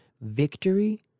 victory